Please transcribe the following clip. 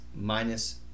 minus